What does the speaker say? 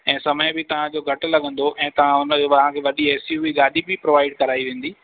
ऐं समय बि तव्हांजो घटि लॻंदो ऐं तव्हां हुनजो वाहनु बि वॾी ए सी बि गाॾी बि प्रोवाइड कराई वेंदी